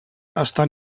estan